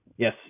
Yes